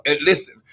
Listen